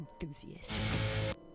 enthusiast